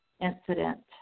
incident